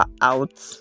out